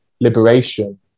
liberation